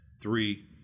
Three